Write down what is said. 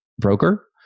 broker